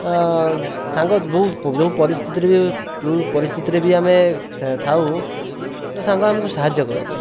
ତ ସାଙ୍ଗ ବହୁତ ଯେଉଁ ପରିସ୍ଥିତିରେ ବି ଯେଉଁ ପରିସ୍ଥିତିରେ ବି ଆମେ ଥାଉ ତ ସାଙ୍ଗ ଆମକୁ ସାହାଯ୍ଯ କରନ୍ତି